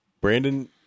Brandon